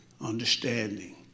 understanding